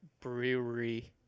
brewery